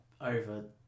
over